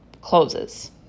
closes